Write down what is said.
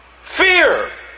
Fear